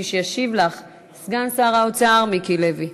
מי שישיב לך הוא סגן שר האוצר מיקי לוי.